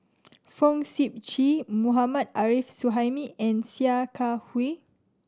Fong Sip Chee Mohammad Arif Suhaimi and Sia Kah Hui